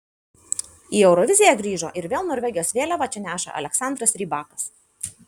į euroviziją grįžo ir vėl norvegijos vėliavą čia neša aleksandras rybakas